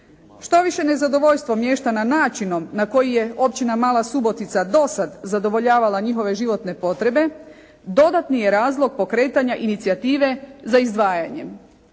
Štoviše, nezadovoljstvo mještana načinom na koji je općina Mala Subotica dosad zadovoljavala njihove životne potrebe, dodatni je razlog pokretanja inicijative za izdvajanjem.